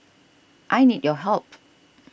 I need your help